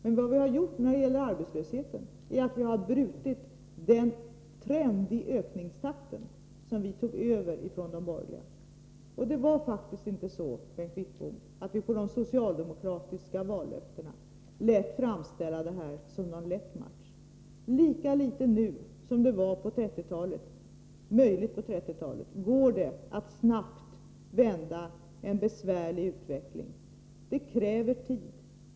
Men vad vi har gjort när det gäller arbetslösheten är att vi har brutit den trend i ökningstakten som vi tog över från de borgerliga. I samband med de socialdemokratiska vallöftena lät vi faktiskt inte, Bengt Wittbom, framställa det som någon lätt match. Det går inte att snabbt vända en besvärlig utveckling, lika litet i dag som på 1930-talet. Det kräver tid.